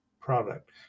product